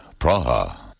Praha